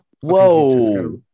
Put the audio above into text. Whoa